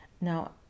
Now